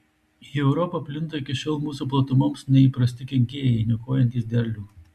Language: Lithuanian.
į europą plinta iki šiol mūsų platumoms neįprasti kenkėjai niokojantys derlių